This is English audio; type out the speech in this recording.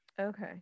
okay